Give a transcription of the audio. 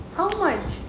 how much